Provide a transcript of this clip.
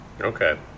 Okay